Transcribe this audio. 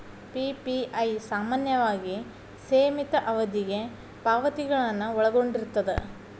PPI ಸಾಮಾನ್ಯವಾಗಿ ಸೇಮಿತ ಅವಧಿಗೆ ಪಾವತಿಗಳನ್ನ ಒಳಗೊಂಡಿರ್ತದ